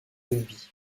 rugby